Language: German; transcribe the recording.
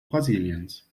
brasiliens